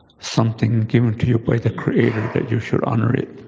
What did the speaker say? something given to you by the creator, that you should honor it